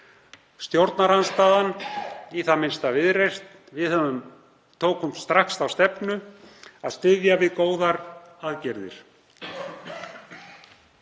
Stjórnarandstaðan, í það minnsta við í Viðreisn, tók strax þá stefnu að styðja við góðar aðgerðir.